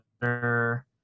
better